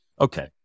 Okay